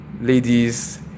ladies